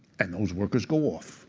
and those workers go off